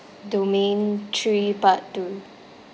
domain three part two